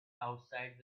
outside